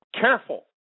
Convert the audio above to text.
careful